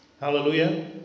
Hallelujah